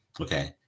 Okay